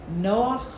Noach